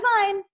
fine